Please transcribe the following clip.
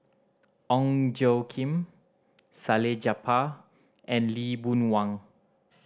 Ong Tjoe Kim Salleh Japar and Lee Boon Wang